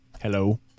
Hello